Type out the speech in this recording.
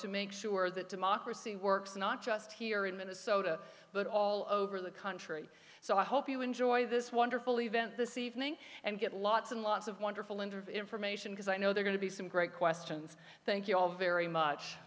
to make sure that democracy works not just here in minnesota but all over the country so i hope you enjoy this wonderful event this evening and get lots and lots of wonderful interview information because i know they're going to be some great questions thank you all very much